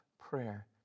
prayer